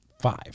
Five